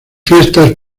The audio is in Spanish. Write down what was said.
fiestas